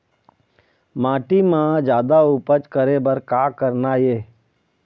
माटी म जादा उपज करे बर का करना ये?